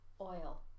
oil